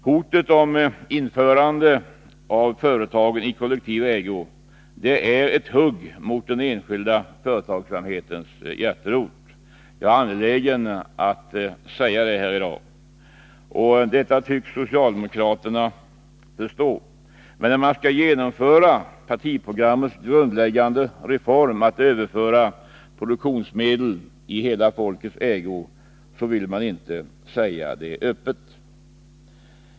Hotet om införande av företagen i kollektiv ägo är ett hugg mot den enskilda företagsamhetens hjärterot. Jag är angelägen att säga detta här i dag. Detta tycks socialdemokraterna förstå, men nu när man skall genomföra partiprogrammets grundläggande reform — att överföra produktionsmedlen i hela folkets ägo — så vill man inte säga detta öppet.